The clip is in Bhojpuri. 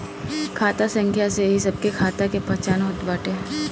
खाता संख्या से ही सबके खाता के पहचान होत बाटे